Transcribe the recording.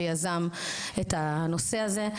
שיזם את הנושא הזה,